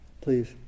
Please